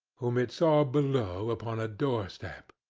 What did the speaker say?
whom it saw below, upon a door-step.